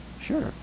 Sure